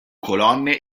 colonne